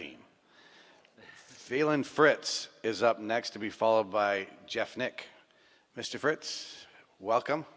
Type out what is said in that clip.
team feeling for it's is up next to be followed by jeff nick mr fritz welcome